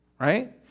Right